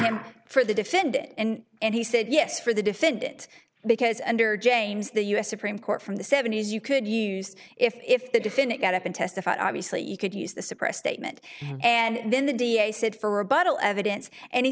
him for the defendant and and he said yes for the defendant because under james the u s supreme court from the seventy's you could use if the defendant got up and testified obviously you could use the suppress statement and then the da said for rebuttal evidence an